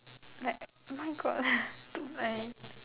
like my God two line